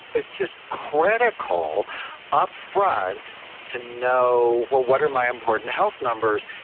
it's just critical upfront to know, well, what are my important health numbers?